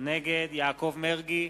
נגד יעקב מרגי,